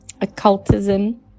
occultism